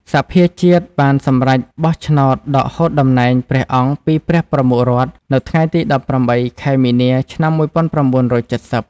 សភាជាតិបានសម្រេចបោះឆ្នោតដកហូតតំណែងព្រះអង្គពីព្រះប្រមុខរដ្ឋនៅថ្ងៃទី ១៨ ខែមីនា ឆ្នាំ ១៩៧០។